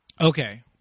Okay